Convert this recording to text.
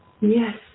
Yes